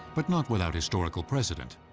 but not without historical precedent.